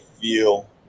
feel